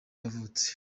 yavutse